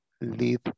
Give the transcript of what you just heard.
lead